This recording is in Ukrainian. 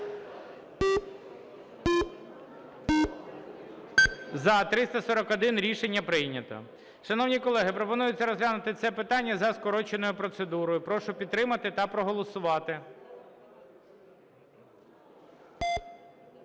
За-341 Рішення прийнято. Шановні колеги, пропонується розглянути це питання за скороченою процедурою. Прошу підтримати та проголосувати.